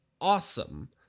awesome